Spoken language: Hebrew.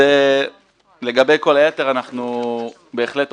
לגבי כל היתר, אנחנו בהחלט תומכים.